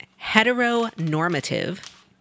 heteronormative